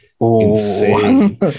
insane